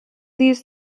these